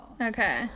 Okay